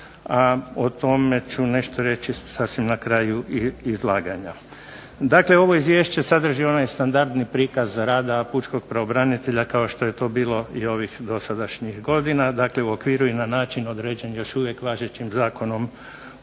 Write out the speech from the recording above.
o tome ću nešto reći sasvim na kraju izlaganja. Dakle, ovo izvješće sadrži onaj standardni prikaz rada pučkog pravobranitelja kao što je to bilo i ovih dosadašnjih godina, dakle u okviru i na način određen još uvijek važećim Zakonom o